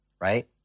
right